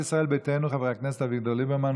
קבוצת סיעת ישראל ביתנו: חברי הכנסת אביגדור ליברמן,